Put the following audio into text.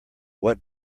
what